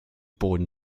boden